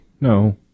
no